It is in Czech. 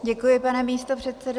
Děkuji, pane místopředsedo.